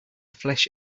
flesh